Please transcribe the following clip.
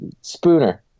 Spooner